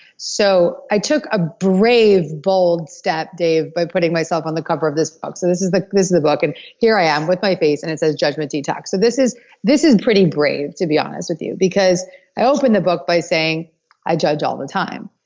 so i took a brave, bold step dave by putting myself on the cover of this book. so this is the book and here i am with my face and it says judgment detox. so this is this is pretty brave to be honest with you because i opened the book by saying i judge all the time,